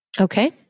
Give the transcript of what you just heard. Okay